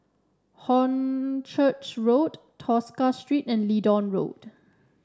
Hornchurch Road Tosca Street and Leedon Road